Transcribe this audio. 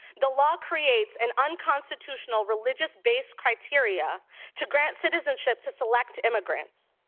the law creates an unconstitutional religious based criteria to grant citizenship to select immigrants.